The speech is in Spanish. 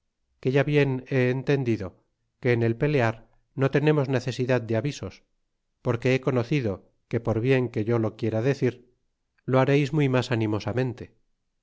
que ya bien he entendido que en el pelear no tenemos necesidad de avisos porque he conocidá que por bien que yo lo quiera decir lo haréis muy mas animosamente